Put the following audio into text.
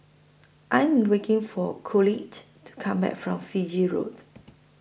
I Am waiting For Coolidge to Come Back from Fiji Road